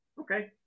Okay